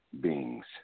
beings